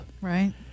right